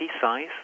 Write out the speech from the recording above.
size